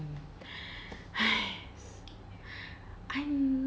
!hais! I kn~